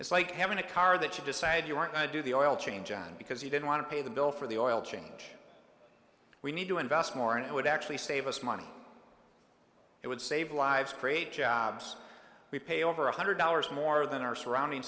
it's like having a car that you decide you want to do the oil change and because you didn't want to pay the bill for the oil change we need to invest more and it would actually save us money it would save lives create jobs we pay over one hundred dollars more than our surrounding